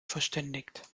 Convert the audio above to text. verständigt